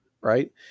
right